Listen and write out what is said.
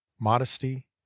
modesty